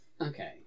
Okay